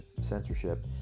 censorship